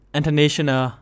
International